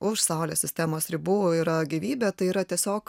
už saulės sistemos ribų yra gyvybė tai yra tiesiog